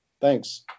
Thanks